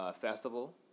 Festival